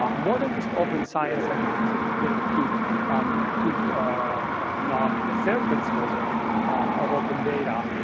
um more than just open science, and it's a bit of a cute um cute nod to the fair principles of of open data,